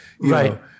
Right